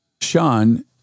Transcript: Sean